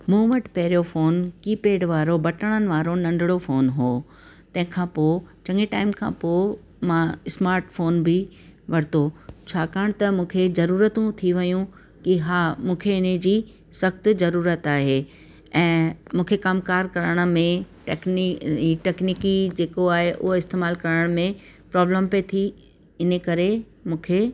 मूं वटि पहिरियों फ़ोन की पेड वारो बटणनि वारो नंढिड़ो फ़ोन हुओ तंहिं खां पोइ चङे टाइम खां पोइ मां स्माट फ़ोन बि वरितो छाकाणि त मूंखे ज़रूरतूं थी वेयूं कि हा मूंखे हिनजी सख़्तु ज़रूरत आहे ऐं मूंखे कमकारि करण में टेक्नी टेक्निकी जेको आहे उहो इस्तेमालु करण में प्रोब्लम पिए थी इनकरे मूंखे